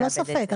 ללא ספק,